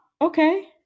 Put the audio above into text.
okay